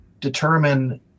determine